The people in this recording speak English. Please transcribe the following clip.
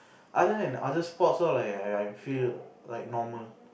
other than other spots lor like I I I I feel like normal